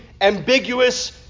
ambiguous